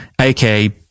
aka